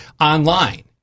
online